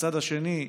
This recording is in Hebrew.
מהצד השני,